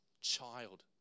child